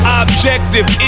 objective